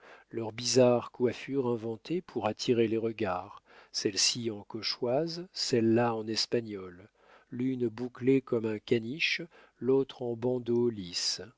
leurs bizarres coiffures inventées pour attirer les regards celle-ci en cauchoise celle-là en espagnole l'une bouclée comme un caniche l'autre en bandeaux lisses